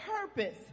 purpose